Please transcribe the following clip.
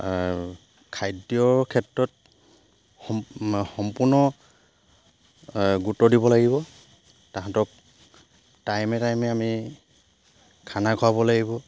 খাদ্যৰ ক্ষেত্ৰত সম্পূৰ্ণ গুৰুত্ব দিব লাগিব তাহাঁতক টাইমে টাইমে আমি খানা খুৱাব লাগিব